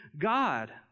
God